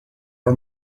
are